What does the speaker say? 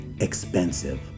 expensive